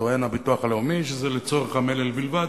טוען הביטוח הלאומי שזה לצורך המלל בלבד,